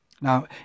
Now